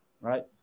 right